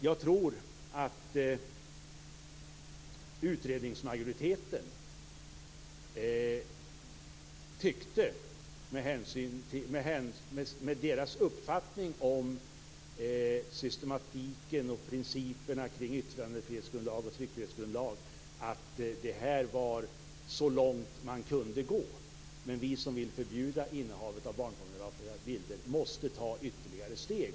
Jag tror att utredningsmajoriteten, med sin uppfattning om systematiken och principerna i yttrandefrihetsgrundlagen och tryckfrihetslagen, tyckte att det var så här långt man kunde gå. Men vi som ville förbjuda innehavet av barnpornografiska bilder måste ta ytterligare steg.